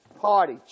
Party